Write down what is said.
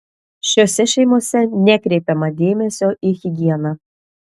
šiose šeimose nekreipiama dėmesio į higieną